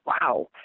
wow